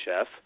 Chef